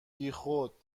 بیخود